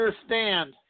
understand